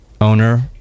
owner